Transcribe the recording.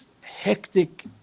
hectic